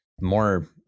more